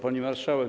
Pani Marszałek!